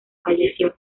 falleció